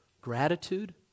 gratitude